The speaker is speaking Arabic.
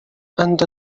أنت